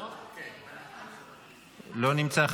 נמצא,